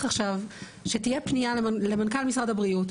עכשיו שתהיה פנייה למנכ"ל משרד הבריאות,